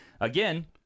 Again